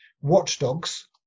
watchdogs